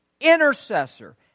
intercessor